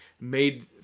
made